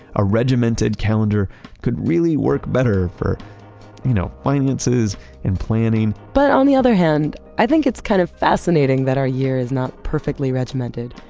a regimented calendar could really work better for you know finances and planning but on the other hand, i think it's kind of fascinating that our year is not perfectly regimented.